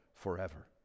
forever